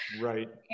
Right